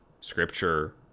Scripture